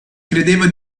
credeva